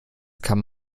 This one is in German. kann